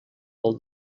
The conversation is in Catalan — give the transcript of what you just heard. del